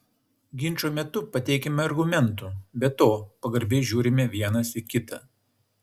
ginčo metu pateikiame argumentų be to pagarbiai žiūrime vienas į kitą